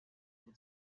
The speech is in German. aber